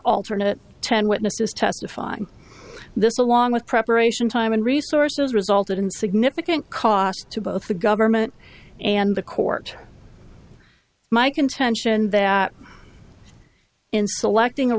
alternate ten witnesses testifying this along with preparation time and resources resulted in significant costs to both the government and the court my contention that in selecting a